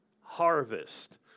harvest